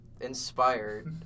inspired